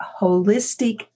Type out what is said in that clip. holistic